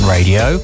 Radio